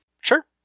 Sure